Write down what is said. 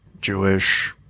Jewish